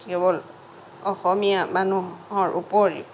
কেৱল অসমীয়া মানুহৰ উপৰিও